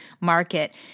market